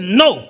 no